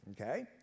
Okay